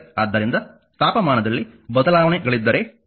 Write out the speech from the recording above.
ಆದ್ದರಿಂದ ತಾಪಮಾನದಲ್ಲಿ ಬದಲಾವಣೆಗಳಿದ್ದರೆ R ಬದಲಾಗುತ್ತದೆ